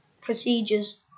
procedures